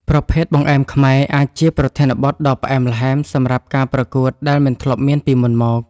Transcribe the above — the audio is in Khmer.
ប្រភេទ បង្អែមខ្មែរ អាចជាប្រធានបទដ៏ផ្អែមល្ហែមសម្រាប់ការប្រកួតដែលមិនធ្លាប់មានពីមុនមក។